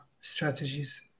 strategies